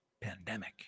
pandemic